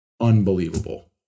unbelievable